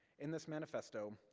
in this manifesto,